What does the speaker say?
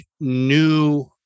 new